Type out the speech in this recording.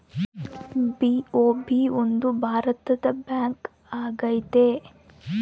BOB ಒಂದು ಭಾರತದ bank ಆಗೈತೆ